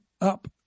up